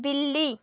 बिल्ली